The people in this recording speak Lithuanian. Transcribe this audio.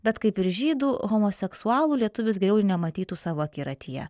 bet kaip ir žydų homoseksualų lietuvis geriau ir nematytų savo akiratyje